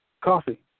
coffee